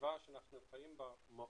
הסביבה שאנחנו חיים בה השתנתה.